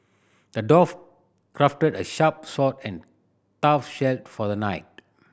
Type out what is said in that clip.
the dwarf crafted a sharp sword and tough shield for a knight